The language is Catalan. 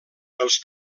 els